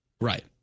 Right